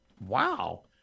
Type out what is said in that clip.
Wow